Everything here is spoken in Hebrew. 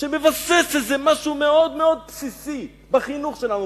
שמבסס איזה משהו מאוד מאוד בסיסי בחינוך שלנו,